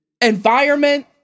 environment